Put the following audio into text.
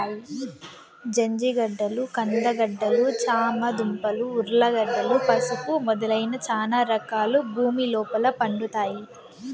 జంజిగడ్డలు, కంద గడ్డలు, చామ దుంపలు, ఉర్లగడ్డలు, పసుపు మొదలైన చానా రకాలు భూమి లోపల పండుతాయి